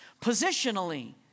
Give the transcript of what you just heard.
Positionally